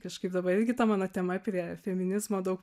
kažkaip dabar irgi ta mano tema prie feminizmo daug